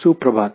सुप्रभात